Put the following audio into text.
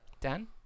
Dan